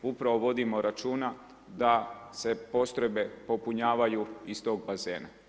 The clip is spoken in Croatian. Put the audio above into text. Upravo vodimo računa da se postrojbe popunjavaju iz tog bazena.